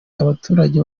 abaturage